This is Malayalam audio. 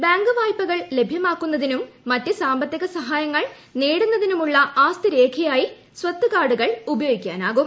ബാങ്ക് വായ്പകൾ ലഭ്യമാക്കു്ണതിനും മറ്റ് സാമ്പത്തിക സഹായങ്ങൾ നേടുന്നതിനുമുള്ള ആസ്ത്രിക് രേഖയായി സ്വത്ത് കാർഡുകൾ ഉപയോഗിക്കാനാകും